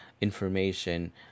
information